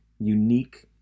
unique